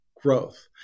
growth